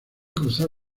cruzar